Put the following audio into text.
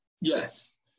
Yes